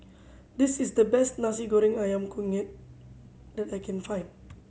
this is the best Nasi Goreng Ayam Kunyit that I can find